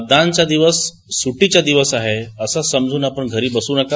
मतदानाचा दिवस सुट्टीचा दिवस आहे असं समजून घरी बसू नका